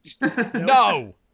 No